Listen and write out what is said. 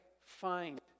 find